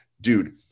dude